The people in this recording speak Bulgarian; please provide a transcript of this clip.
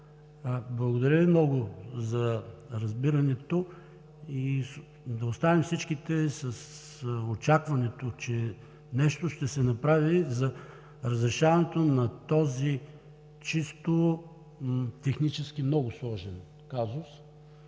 Благодаря Ви много за разбирането и да останем всички с очакването, че нещо ще се направи за разрешаването на този чисто технически много сложен казус